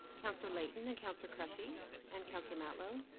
councillor layton and councillor cressy and councillor matlow.